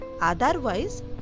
otherwise